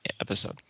episode